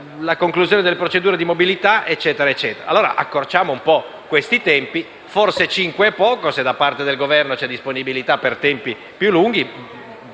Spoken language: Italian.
la conclusione delle procedure di mobilità, e via dicendo. Allora, accorciamo un po' questi tempi. Forse cinque è poco. Se da parte del Governo c'è disponibilità per tempi più lunghi,